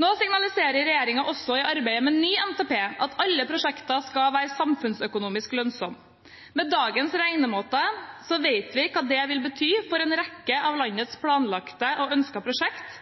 Nå signaliserer regjeringen også i arbeidet med ny NTP at alle prosjekter skal være samfunnsøkonomisk lønnsomme. Med dagens regnemåte vet vi hva det vil bety for en rekke av landets planlagte og ønskede prosjekt,